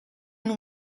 and